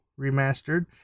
Remastered